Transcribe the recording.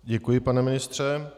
Děkuji, pane ministře.